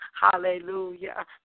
hallelujah